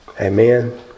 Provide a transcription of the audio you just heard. Amen